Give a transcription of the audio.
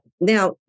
now